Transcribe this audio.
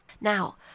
Now